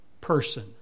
person